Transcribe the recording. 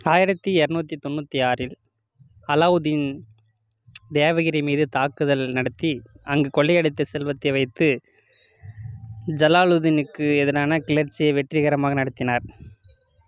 ஆயிரத்தி இரநூற்று தொன்னூற்றி ஆறில் அலாவுதீன் தேவகிரி மீது தாக்குதல் நடத்தி அங்கு கொள்ளையடித்த செல்வத்தை வைத்து ஜலாலுத்தீனுக்கு எதிரான கிளர்ச்சியை வெற்றிகரமாக நடத்தினார்